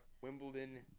Wimbledon